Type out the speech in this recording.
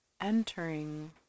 entering